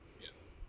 Yes